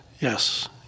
Yes